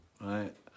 right